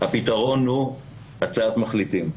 הפתרון הוא הצעת מחליטים,